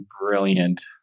brilliant